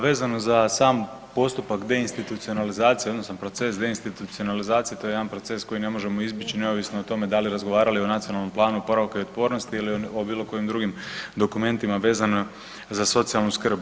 Vezano za sam postupak deinstitunacionalizacije odnosno proces deinstitucionalizacije to je jedan proces koji ne možemo izbjeć neovisno o tome da li razgovarali o Nacionalnom planu oporavka i otpornosti ili o bilo kojim drugim dokumentima vezano za socijalnu skrb.